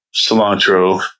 cilantro